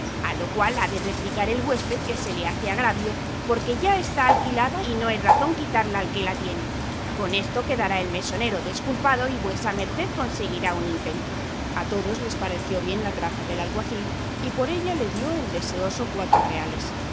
a lo cual ha de replicar el huésped que se le hace agravio porque ya está alquilada y no es razón quitarla al que la tiene con esto quedará el mesonero desculpado y vuesa merced consiguirá su intento a todos les pareció bien la traza del alguacil y por ella le dio el deseoso cuatro reales